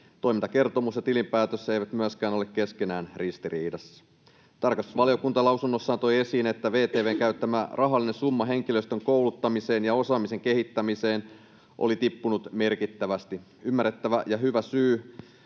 Toimintakertomus ja tilinpäätös eivät myöskään ole keskenään ristiriidassa. Tarkastusvaliokunta lausunnossaan toi esiin, että VTV:n käyttämä rahallinen summa henkilöstön kouluttamiseen ja osaamisen kehittämiseen oli tippunut merkittävästi. Ymmärrettävä ja hyvä syy